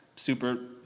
Super